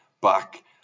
back